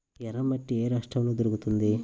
ఎర్రమట్టి ఏ రాష్ట్రంలో దొరుకుతుంది?